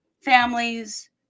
families